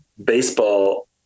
baseball